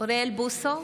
אוריאל בוסו,